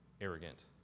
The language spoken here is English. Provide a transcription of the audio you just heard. arrogant